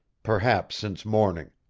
perhaps since morning.